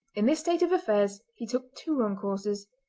in this state of affairs he took two wrong courses.